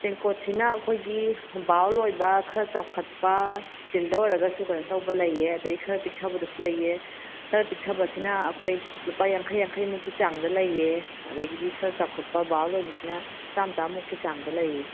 ꯇꯦꯡꯀꯣꯠꯁꯤꯅ ꯑꯩꯈꯣꯏꯒꯤ ꯕꯥꯎꯜ ꯑꯣꯏꯕ ꯈꯔ ꯆꯥꯎꯈꯠꯄ ꯁꯤꯜꯕꯔ ꯑꯣꯏꯔꯒꯁꯨ ꯀꯩꯅꯣ ꯇꯧꯕ ꯂꯥꯌꯦ ꯑꯗꯒꯤ ꯈꯔ ꯄꯤꯛꯊꯕꯗꯁꯨ ꯂꯩꯌꯦ ꯈꯔ ꯄꯤꯛꯊꯕꯁꯤꯅ ꯑꯩꯈꯣꯏ ꯂꯨꯄꯥ ꯌꯥꯡꯈꯩ ꯌꯥꯡꯈꯩꯃꯨꯛꯀꯤ ꯆꯥꯡꯗ ꯂꯩꯌꯦ ꯑꯗꯒꯤꯗꯤ ꯈꯔ ꯆꯥꯎꯈꯠꯄ ꯕꯥꯎꯜ ꯑꯣꯏꯕꯁꯤꯅ ꯆꯥꯝ ꯆꯥꯝꯃꯨꯛꯀꯤ ꯆꯥꯡꯗ ꯂꯩꯌꯦ